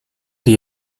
die